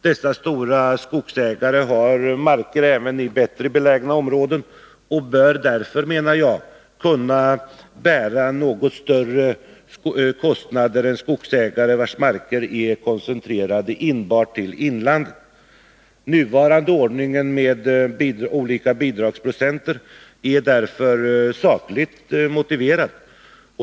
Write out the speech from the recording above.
Dessa stora skogsägare har marker även i bättre belägna områden och bör därför, menar jag, kunna bära något större kostnader än skogsägare vars marker är koncentrerade enbart till inlandet. Den nuvarande ordningen med olika bidragsprocent är därför sakligt motiverad.